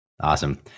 Awesome